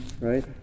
right